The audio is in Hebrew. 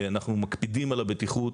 אנחנו מקפידים על הבטיחות,